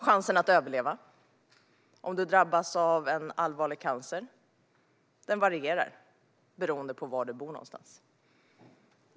Chansen att överleva om man drabbas av allvarlig cancer varierar beroende på var man bor.